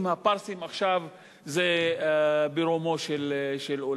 ועם הפרסים עכשיו זה ברומו של עולם.